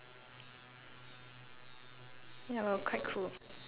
ya it's very sweet but like the whole bitter gourd will be like bitter lah